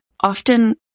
often